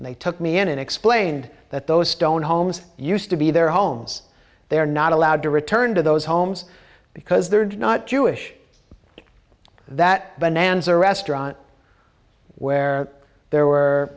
and they took me in and explained that those stone homes used to be their homes they are not allowed to return to those homes because they are not jewish that bonanza restaurant where there were